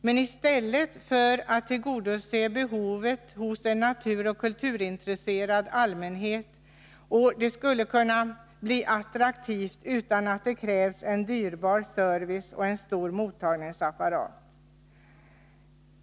Här kan i stället behoven hos en naturoch kulturintresserad allmänhet tillgodoses, och området skulle kunna bli attraktivt utan att det krävs en dyrbar service och en stor mottagningsapparat.